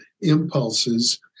impulses